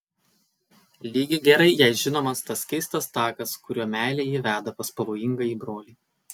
lygiai gerai jai žinomas tas keistas takas kuriuo meilė jį veda pas pavojingąjį brolį